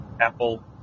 Apple